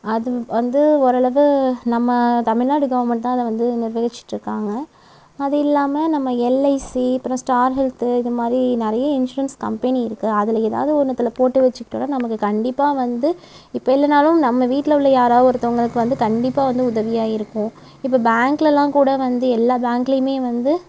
அதுவந்து ஓரளவு நம்ம தமிழ்நாடு கவர்மென்ட் தான் அதை வந்து நிர்வகிச்சிட்டு இருக்காங்க அது இல்லாமல் நம்ம எல்ஐசி அப்புறம் ஸ்டார் ஹெல்த் இது மாதிரி நிறைய இன்ஸ்யூரன்ஸ் கம்பெனி இருக்குது அதில் எதாவது ஒன்னுத்துல போட்டு வச்சிக்கிட்டோம்னால் நமக்கு கண்டிப்பாக வந்து இப்போ இல்லைனாலும் நம்ம வீட்டில் உள்ள யாராவது ஒருத்தவங்களுக்கு வந்து கண்டிப்பாக வந்து உதவியாக இருக்கும் இப்போ பேங்க்லலாம் கூட வந்து எல்லாம் பேங்க்லயுமே வந்து